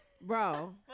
Bro